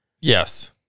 Yes